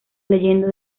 leyenda